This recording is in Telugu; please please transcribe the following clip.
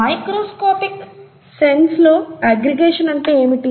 మైక్రోస్కోపిక్ సెన్స్ లో అగ్గ్రిగేషన్ అంటే ఏమిటి